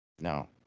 No